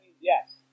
yes